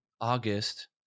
August